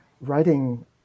writing